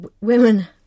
women